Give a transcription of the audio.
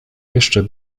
jeszcze